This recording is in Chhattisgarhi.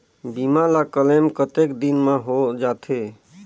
बीमा ला क्लेम कतेक दिन मां हों जाथे?